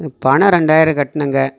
பணம் ரெண்டாயிரம் கட்டணுங்க